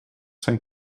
zijn